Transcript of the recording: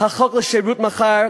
החוק לשירות מחר,